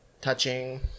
touching